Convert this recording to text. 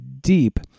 Deep